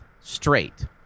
straight